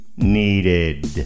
needed